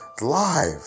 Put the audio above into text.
live